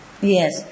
Yes